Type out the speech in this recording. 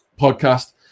podcast